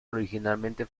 originalmente